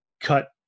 cut